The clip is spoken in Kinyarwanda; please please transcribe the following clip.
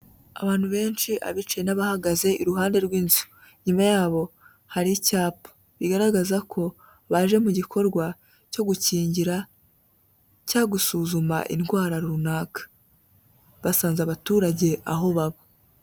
Abantu benshi abicaye n'abahagaze iruhande rw'inzu. Inyuma yabo hari icyapa, bigaragaza ko baje mu gikorwa cyo gukingira cyangwa gusuzuma indwara runaka, basanze abaturage aho baba.